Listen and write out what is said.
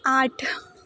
आठ